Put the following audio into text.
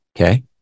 okay